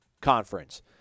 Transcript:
Conference